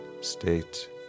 state